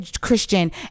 Christian